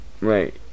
right